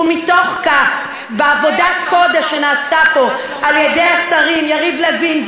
ומתוך כך בעבודת קודש שנעשתה פה על-ידי השרים יריב לוין,